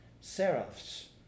Seraphs